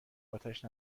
اتش